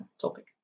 topic